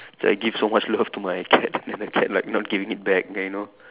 like give so much love to my cat then the cat like not giving it back you know